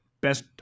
best